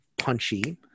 punchy